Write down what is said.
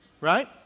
right